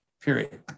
period